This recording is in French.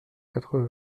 quatre